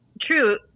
true